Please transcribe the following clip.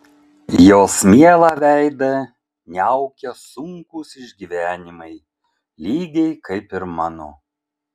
jos mielą veidą niaukia sunkūs išgyvenimai lygiai kaip ir mano